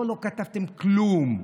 פה לא כתבתם כלום.